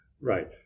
Right